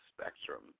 spectrum